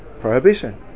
prohibition